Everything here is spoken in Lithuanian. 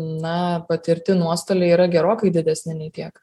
na patirti nuostoliai yra gerokai didesni nei tiek